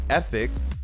ethics